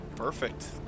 Perfect